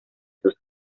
sus